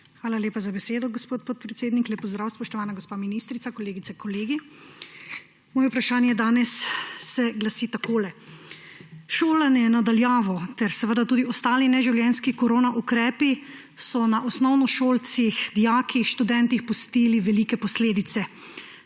Hvala lepa za besedo, gospod podpredsednik. Lep pozdrav, spoštovana gospa ministrica, kolegice, kolegi! Moje vprašanje danes se glasi takole. Šolanje na daljavo ter tudi ostali neživljenjski koronaukrepi so na osnovnošolcih, dijakih, študentih pustili velike posledice,